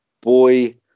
boy